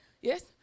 Yes